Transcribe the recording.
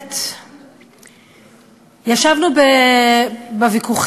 הכנסת אחמד טיבי,